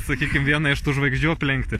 sakykim vieną iš tų žvaigždžių aplenkti